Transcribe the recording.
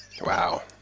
Wow